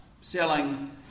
selling